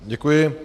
Děkuji.